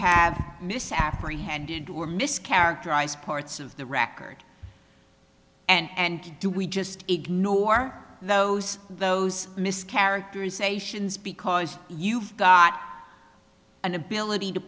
have misapprehended were mischaracterized parts of the record and do we just ignore those those mischaracterizations because you've got an ability to